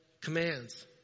commands